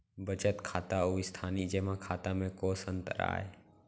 बचत खाता अऊ स्थानीय जेमा खाता में कोस अंतर आय?